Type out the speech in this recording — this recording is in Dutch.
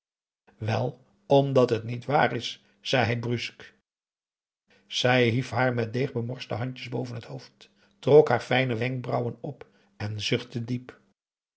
wel omdat het niet waar is zei hij brusque zij hief haar met deeg bemorste handjes boven het hoofd trok haar fijne wenkbrauwen op en zuchtte diep